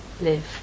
Live